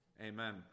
Amen